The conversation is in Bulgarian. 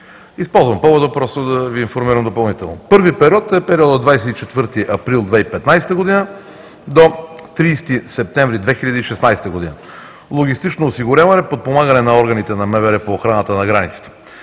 използвам повода да Ви информирам допълнително. Първи период, е периодът от 24 април 2015 г. до 30 септември 2016 г. – логистично осигуряване, подпомагане на органите на МВР по охраната на границите.